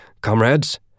Comrades